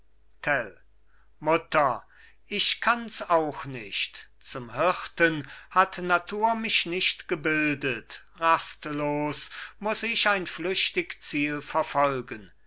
mutter ich kann's auch nicht zum hirten hat natur mich nicht gebildet rastlos muss ich ein flüchtig ziel verfolgen